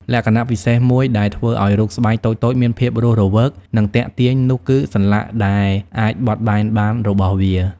លក្ខណៈពិសេសមួយដែលធ្វើឲ្យរូបស្បែកតូចៗមានភាពរស់រវើក និងទាក់ទាញនោះគឺ សន្លាក់ដែលអាចបត់បែនបានរបស់វា។